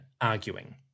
arguing